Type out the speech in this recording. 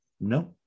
No